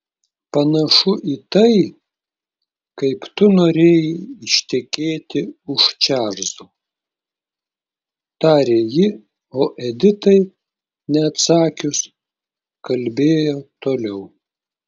panašu į tai kaip tu norėjai ištekėti už čarlzo tarė ji o editai neatsakius kalbėjo toliau